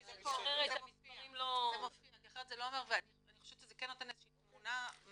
אני חושבת שזה כן נותן איזו שהיא תמונה מלאה